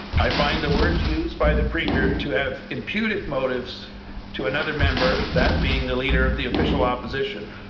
i find the words used by the premier to have imputed motives to another member that being the leader of the official opposition.